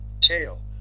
Tail